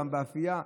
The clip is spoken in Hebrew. באפייה.